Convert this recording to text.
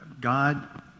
God